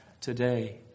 today